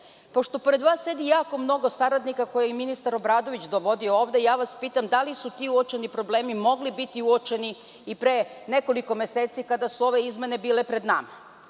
Pošto pored vas sedi jako mnogo saradnika koje je i ministar Obradović dovodio ovde - pitam vas da li su ti uočeni problemi mogli biti uočeni i pre nekoliko meseci, kada su ove izmene bile pred nama?